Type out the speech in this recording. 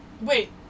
Wait